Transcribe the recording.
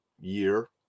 year